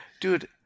dude